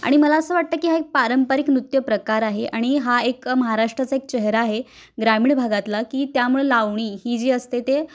आणि मला असं वाटतं की हा एक पारंपरिक नृत्य प्रकार आहे आणि हा एक महाराष्ट्राचा एक चेहरा आहे ग्रामीण भागातला की त्यामुळं लावणी ही जी असते ते